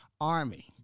Army